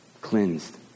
cleansed